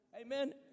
Amen